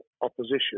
opposition